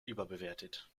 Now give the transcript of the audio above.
überbewertet